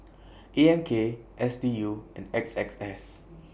A M K S D U and A X S